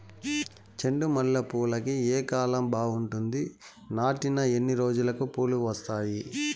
చెండు మల్లె పూలుకి ఏ కాలం బావుంటుంది? నాటిన ఎన్ని రోజులకు పూలు వస్తాయి?